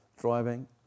driving